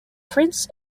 prints